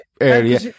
area